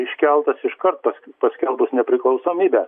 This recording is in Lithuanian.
iškeltas iš karto paskelbus nepriklausomybę